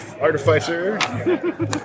artificer